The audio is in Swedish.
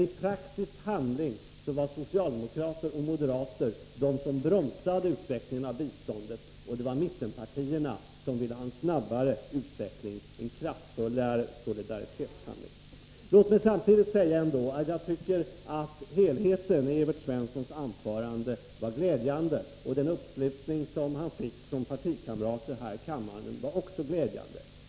I praktisk handling var emellertid socialdemokrater och moderater de som bromsade utvecklingen av biståndet. Det var mittenpartierna som ville ha en snabbare utveckling, en kraftfullare solidaritetshandling. Som helhet var Evert Svenssons anförande glädjande, och uppslutningen från hans partikamrater här i kammaren var också glädjande.